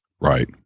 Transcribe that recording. Right